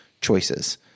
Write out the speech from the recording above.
choices